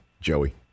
Joey